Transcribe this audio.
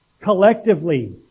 Collectively